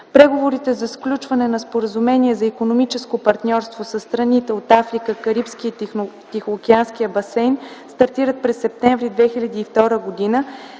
Преговорите за сключване на споразумение за икономическо партньорство със страните от Африка, Карибския и Тихоокеанския басейн стартират през м. септември 2002 г.